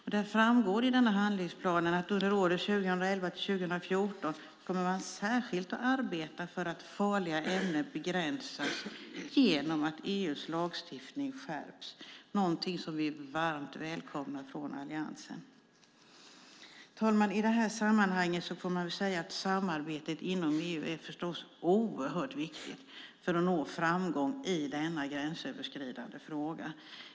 I handlingsplanen framgår också att under åren 2011-2014 kommer inspektionen särskilt att arbeta för att farliga ämnen begränsas genom att EU:s lagstiftning skärps - någonting som vi varmt välkomnar från Alliansen. Fru talman! I sammanhanget får man säga att samarbetet inom EU förstås är oerhört viktigt för att nå framgång i denna gränsöverskridande fråga.